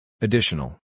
Additional